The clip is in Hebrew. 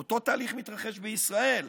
אותו תהליך מתרחש בישראל.